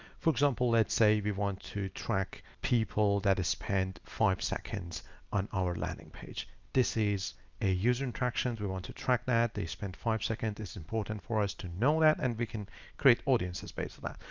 for example, let's say we want to track people that is spend five seconds on our landing page. this is a user interactions, we want to track that they spent five seconds. it's important for us to know that and we can create audiences based on that.